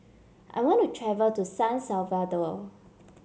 I want to travel to San Salvador